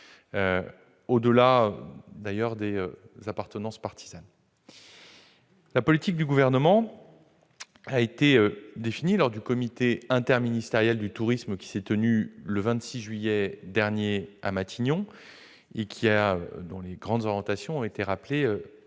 au-delà des appartenances partisanes. La politique du Gouvernement a été définie lors du comité interministériel du tourisme qui s'est tenu à Matignon le 26 juillet dernier et dont les grandes orientations ont été rappelées il